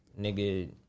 Nigga